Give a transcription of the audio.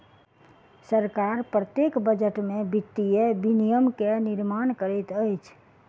सरकार प्रत्येक बजट में वित्तीय विनियम के निर्माण करैत अछि